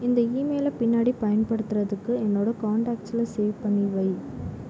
இந்த இமெயிலை பின்னாடி பயன்படுத்துறதுக்கு என்னோட கான்டாக்ட்ஸில் சேவ் பண்ணி வை